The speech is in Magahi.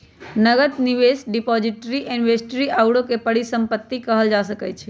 नकद, निवेश, डिपॉजिटरी, इन्वेंटरी आउरो के परिसंपत्ति कहल जा सकइ छइ